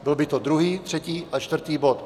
Byl by to druhý, třetí a čtvrtý bod.